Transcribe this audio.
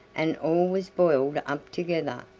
and all was boiled up together,